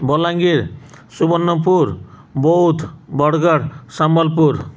Balangir Subarnapur Boudh Bargarh Sambalpur